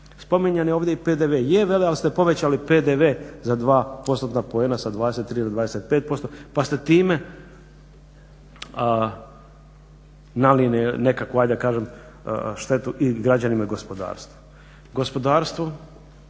Spominjan je ovdje i PDV je vele ali ste povećali PDV za 2%-tna poena sa 23 na 25% pa ste time … ajde da kažem štetu i građanima i gospodarstvu.